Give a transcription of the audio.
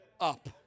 up